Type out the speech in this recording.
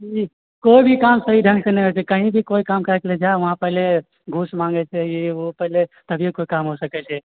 कोई भी काम सही ढ़ङ्गसँ नहि होइछै कहीं भी कोई काम करैके लेल जाउ वहाँ पहिले घूस माँगे छै ई ओ पहिले तभिये कोई काम हो सकै छै